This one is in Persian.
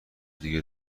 دیگه